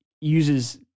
uses